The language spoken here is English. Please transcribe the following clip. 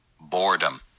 boredom